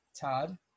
Todd